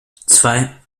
zwei